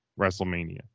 WrestleMania